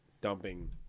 dumping